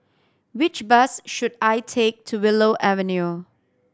which bus should I take to Willow Avenue